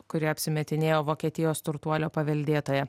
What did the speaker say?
kuri apsimetinėjo vokietijos turtuolio paveldėtoja